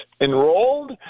enrolled